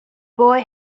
boy